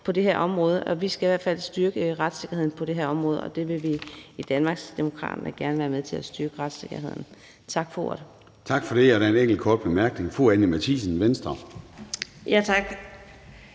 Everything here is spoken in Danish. på det her område. Vi skal i hvert fald styrke retssikkerheden på det her område. Og vi vil i Danmarksdemokraterne gerne være med til at styrke retssikkerheden. Tak for ordet. Kl. 22:57 Formanden (Søren Gade): Tak for det. Der er en enkelt kort bemærkning. Fru Anni Matthiesen, Venstre. Kl.